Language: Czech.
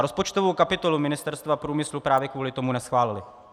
Rozpočtovou kapitolu Ministerstva průmyslu právě kvůli tomu neschválili.